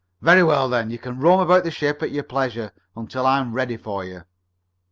very well, then. you can roam about the ship at your pleasure until i am ready for you.